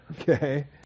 okay